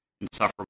insufferable